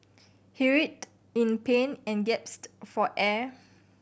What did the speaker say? he writhed in pain and gasped for air